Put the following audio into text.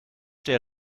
der